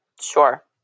Sure